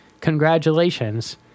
Congratulations